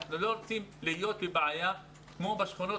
אנחנו לא רוצים להיות בבעיה כמו בשכונות